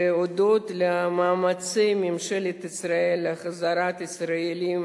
הודות למאמצים של ממשלת ישראל להחזרת ישראלים,